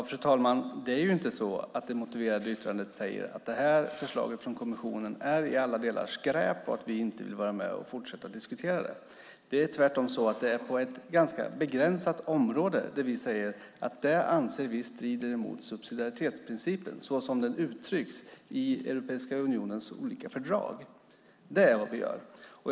Fru talman! Det är inte så att det motiverade yttrandet säger att förslaget från kommissionen i alla delar är skräp och att vi inte vill vara med och fortsätta diskutera det. Det är tvärtom så att det är på ett ganska begränsat område som vi anser att det strider mot subsidiaritetsprincipen så som den uttrycks i Europeiska unionens olika fördrag. Det är vad vi säger.